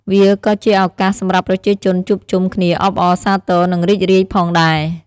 វាក៏ជាឱកាសសម្រាប់ប្រជាជនជួបជុំគ្នាអបអរសាទរ និងរីករាយផងដែរ។